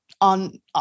on